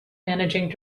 managing